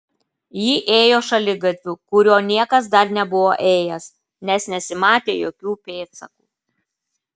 ji ėjo šaligatviu kuriuo niekas dar nebuvo ėjęs nes nesimatė jokių pėdsakų